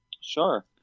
sure